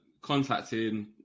contacting